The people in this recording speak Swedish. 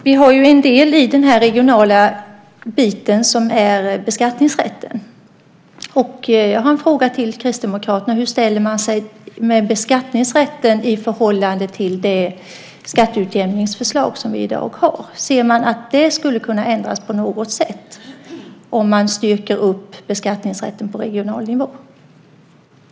Fru talman! En del i den regionala biten är beskattningsrätten. Jag har en fråga till Kristdemokraterna om hur de ställer sig till beskattningsrätten i förhållande till det skatteutjämningsförslag som vi i dag har. Ser man att det skulle kunna ändras på något sätt om man stärker beskattningsrätten på regional nivå?